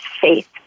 faith